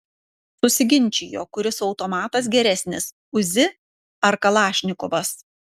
susiginčijo kuris automatas geresnis uzi ar kalašnikovas